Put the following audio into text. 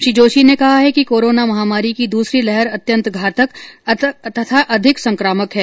श्री जोशी ने कहा है कि कोरोना महामारी की दूसरी लहर अत्यंत घातक तथा अधिक संक्रामक है